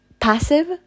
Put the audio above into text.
passive